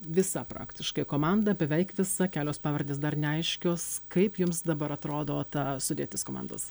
visa praktiškai komanda beveik visa kelios pavardės dar neaiškios kaip jums dabar atrodo ta sudėtis komandos